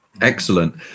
Excellent